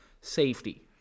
safety